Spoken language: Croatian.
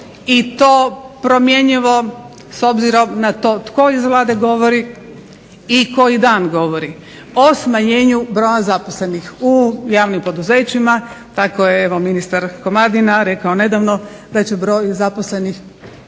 i to promjenjivo s obzirom na to tko iz Vlade govori i koji dan govori, o smanjenju broja zaposlenih u javnim poduzećima. Tako je evo ministar Komadina rekao nedavno da će broj zaposlenih